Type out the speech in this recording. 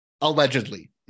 Allegedly